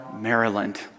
Maryland